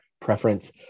preference